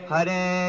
Hare